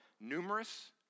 numerous